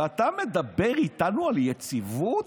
ואתה מדבר איתנו על יציבות?